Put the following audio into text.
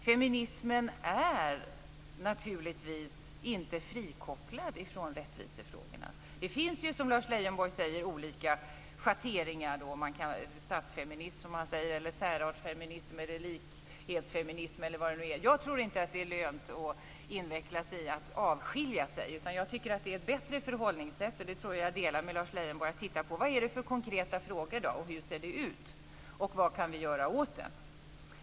Feminismen är naturligtvis inte frikopplad från rättvisefrågorna. Det finns ju, som Lars Leijonborg säger, olika schatteringar: statsfeminism, som han säger, särartsfeminism, likhetsfeminism etc. Jag tror inte att det är lönt att inveckla sig i att avskilja sig, utan jag tycker att det är ett bättre förhållningssätt - och det är en uppfattning som jag tror att jag delar med Lars Leijonborg - att titta på de konkreta frågorna; hur det ser ut och vad vi kan göra åt det.